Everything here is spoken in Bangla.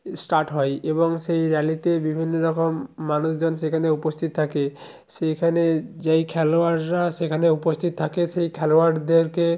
স্টার্ট হয় এবং সেই র্যালিতে বিভিন্ন রকম মানুষজন সেখানে উপস্থিত থাকে সেইখানে যেই খেলোয়াড়রা সেখানে উপস্থিত থাকে সেই খেলোয়াড়দেরকে